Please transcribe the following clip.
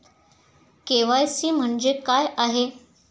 KYC म्हणजे काय आहे?